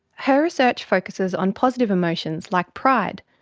her research focuses on positive emotion like pride,